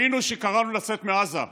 אי-אפשר לדבר על עזה,